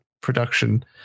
production